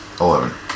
Eleven